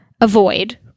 avoid